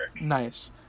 Nice